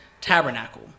tabernacle